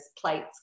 plates